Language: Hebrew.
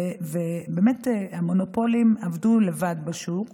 ובאמת המונופולים עבדו לבד בשוק